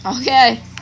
Okay